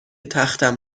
تختم